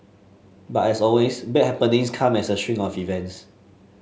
but as always bad happenings come as a string of events